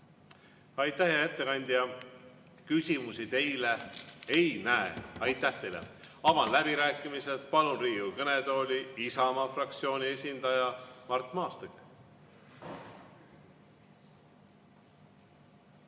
Aitäh, hea ettekandja! Küsimusi teile ei näe. Aitäh teile! Avan läbirääkimised ja palun Riigikogu kõnetooli Isamaa fraktsiooni esindaja Mart Maastiku.